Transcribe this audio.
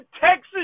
Texas